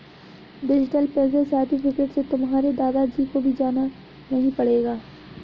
digital pension certificate से तुम्हारे दादा जी को भी जाना नहीं पड़ेगा